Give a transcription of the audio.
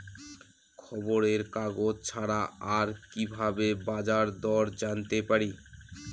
খবরের কাগজ ছাড়া আর কি ভাবে বাজার দর জানতে পারি?